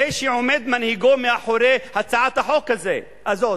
זה שמנהיגו עומד מאחורי הצעת החוק הזאת,